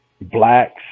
blacks